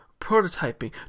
prototyping